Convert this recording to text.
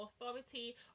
authority